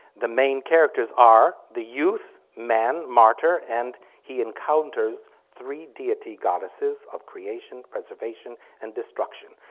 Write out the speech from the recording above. the main characters are the youth, man, martyr and he encounters three deity goddesses of creation, preservation and destruction.